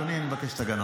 אדוני, אני מבקש את הגנתך.